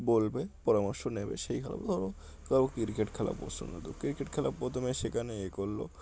বলবে পরামর্শ নেবে সেই খেলা ধরো কারো ক্রিকেট খেলা পছন্দ ক্রিকেট খেলা প্রথমে সেখানে এ করল